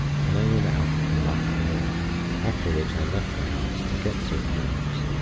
then i went out and locked the door after which i left the house, to get certain matters,